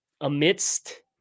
amidst